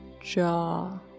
Jaw